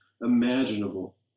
imaginable